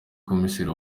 komiseri